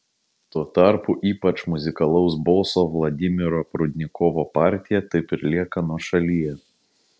tuo tarpu ypač muzikalaus boso vladimiro prudnikovo partija taip ir lieka nuošalyje